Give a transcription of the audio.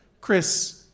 Chris